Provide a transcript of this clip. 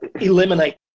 eliminate